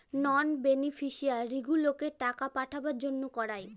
নন বেনিফিশিয়ারিগুলোকে টাকা পাঠাবার জন্য করায়